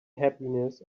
happiness